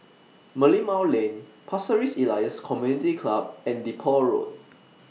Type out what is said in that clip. Merlimau Lane Pasir Ris Elias Community Club and Depot Road